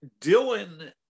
Dylan